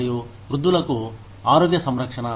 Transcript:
మరియు వృద్ధులకు ఆరోగ్య సంరక్షణ